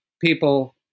people